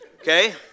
Okay